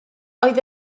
oedd